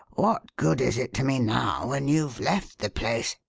what good is it to me now when you've left the place?